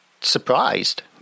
surprised